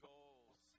Goals